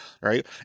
right